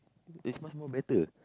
it's much more better